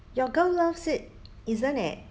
your girl loves it isn't it